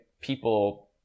people